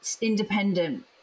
independent